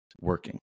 working